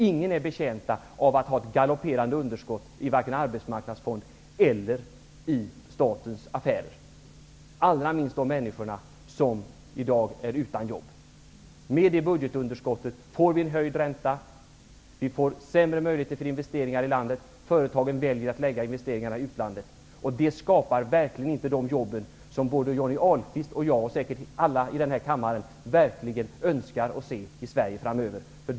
Ingen är betjänt av att ha ett galopperande underskott i arbetsmarknadsfonden eller i statens affärer, allra minst de människor som i dag är utan jobb. Med ett budgetunderskott får vi höjd ränta. Vi får sämre möjligheter till investeringar i landet, företagen väljer att lägga sina investeringar i utlandet. Det skapar verkligen inte de jobb som både Johnny Ahlqvist, jag och säkert alla i denna kammare verkligen önskar att se i Sverige framöver.